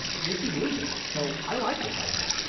they keep losing. so i like this idea.